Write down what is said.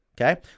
Okay